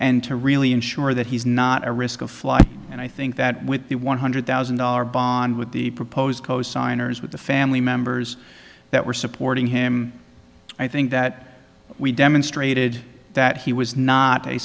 and to really ensure that he's not a risk of flight and i think that with the one hundred thousand dollar bond with the proposed cosigners with the family members that were supporting him i think that we demonstrated that he was not a